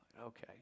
Okay